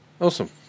Awesome